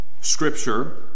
Scripture